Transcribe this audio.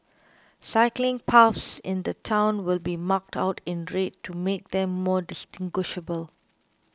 cycling paths in the town will be marked out in red to make them more distinguishable